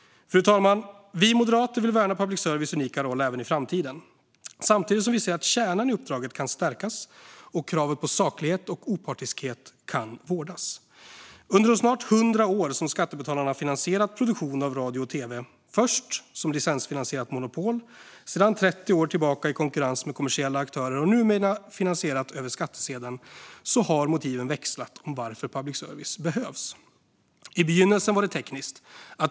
Fru talman! Vi moderater vill värna den unika roll som public service har även i framtiden, samtidigt som vi ser att kärnan i uppdraget kan stärkas och kravet på saklighet och opartiskhet vårdas. Under de snart 100 år som skattebetalarna finansierat produktion av radio och tv - först som licensfinansierat monopol, sedan 30 år tillbaka i konkurrens med kommersiella aktörer och numera finansierat över skattsedeln - har motiven till att public service behövs växlat. I begynnelsen var det tekniskt.